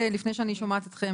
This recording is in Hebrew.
לפני שאני שומעת אתכם,